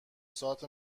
سات